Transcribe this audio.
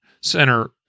center